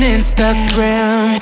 Instagram